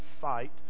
fight